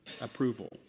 approval